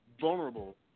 vulnerable